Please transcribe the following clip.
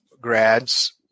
grads